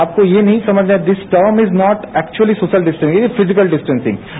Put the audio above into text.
आपको ये नहीं समझना है this term is not actually social distancing ये फिजिकल डिस्टेंसिंग है